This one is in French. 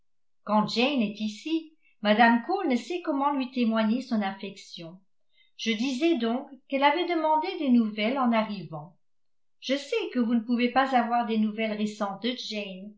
quand jane est ici mme cole ne sait comment lui témoigner son affection je disais donc qu'elle avait demandé des nouvelles en arrivant je sais que vous ne pouvez pas avoir des nouvelles récentes de jane